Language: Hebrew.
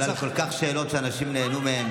הוא ענה על שאלות שאנשים כל כך נהנו מהן.